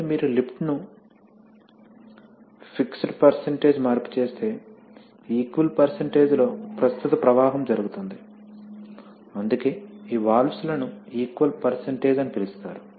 కాబట్టి మీరు లిఫ్ట్ ను ఫిక్స్డ్ పెర్సెంటేజ్ మార్పు చేస్తే ఈక్వల్ పెర్సెంటేజ్ లో ప్రస్తుత ప్రవాహం జరుగుతుంది అందుకే ఈ వాల్వ్స్ లను ఈక్వల్ పెర్సెంటేజ్ అని పిలుస్తారు